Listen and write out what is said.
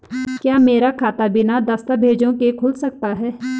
क्या मेरा खाता बिना दस्तावेज़ों के खुल सकता है?